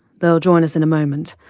they'll join us in a moment.